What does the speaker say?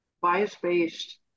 bias-based